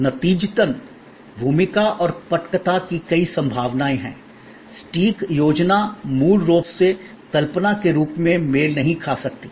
नतीजतन भूमिका और पटकथा की कई संभावनाएं हैं सटीक योजना मूल रूप से कल्पना के रूप में मेल नहीं खा सकती है